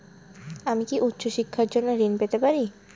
আমি কি উচ্চ শিক্ষার জন্য ঋণ পেতে পারি?